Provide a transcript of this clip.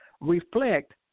reflect